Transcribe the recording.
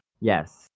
Yes